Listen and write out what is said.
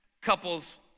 couples